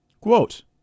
Quote